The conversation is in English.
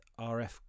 RF